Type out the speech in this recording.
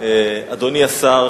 אדוני השר,